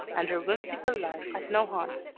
and her whimsical life at nohant.